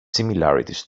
similarities